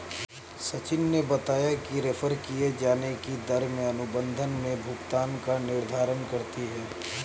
सचिन ने बताया कि रेफेर किये जाने की दर में अनुबंध में भुगतान का निर्धारण करती है